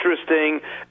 interesting